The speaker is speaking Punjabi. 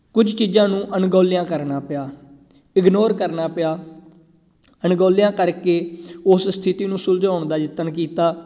ਕੁਝ ਚੀਜ਼ਾਂ ਨੂੰ ਅਣਗੋਲਿਆ ਕਰਨਾ ਪਿਆ ਇਗਨੋਰ ਕਰਨਾ ਪਿਆ ਅਣਗੋਲਿਆ ਕਰਕੇ ਉਸ ਸਥਿਤੀ ਨੂੰ ਸੁਲਝਾਉਣ ਦਾ ਯਤਨ ਕੀਤਾ